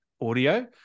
audio